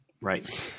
Right